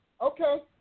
okay